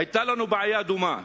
היתה לנו בעיה דומה,